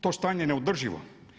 To stanje je neodrživo.